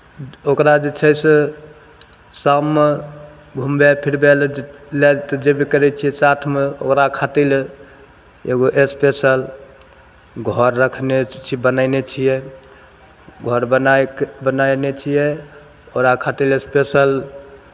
ओकरा जे छै से शाममे घुमबय फिरबय लए लए तऽ जयबै करै छियै साथमे ओकरा खातिर एगो इसपेशल घर रखने छियै बनयने छियै घर बनाए क् बनयने छियै ओकरा खातिर इसपेशल